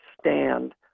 stand